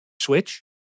Switch